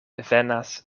venas